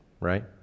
right